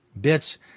bits